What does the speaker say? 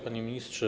Panie Ministrze!